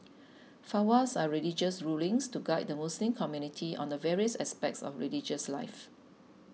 fatwas are religious rulings to guide the Muslim community on the various aspects of religious life